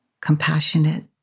compassionate